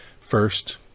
first